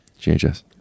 GHS